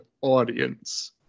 audience